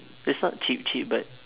is not cheap cheap but